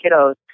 kiddos